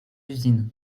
usines